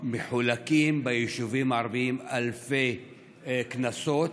מחולקים ביישובים הערביים אלפי קנסות,